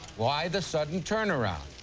why the sudden turnaround?